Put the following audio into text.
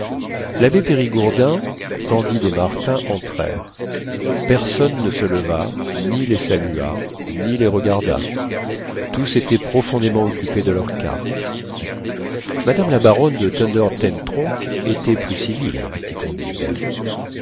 l'abbé périgourdin candide et martin entrèrent personne ne se leva ni les salua ni les regarda tous étaient profondément occupés de leurs cartes madame la baronne de thunder ten tronckh était plus civile dit candide